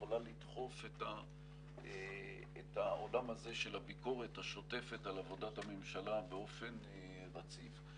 שיכולה לדחוף את העולם של הביקורת השוטפת על עבודת הממשלה באופן רציף.